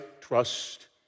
trust